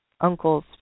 uncle's